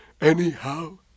Anyhow